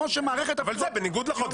אבל זה בניגוד לחוק.